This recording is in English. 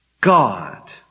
God